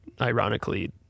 ironically